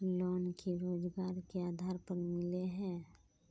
Loan की रोजगार के आधार पर मिले है?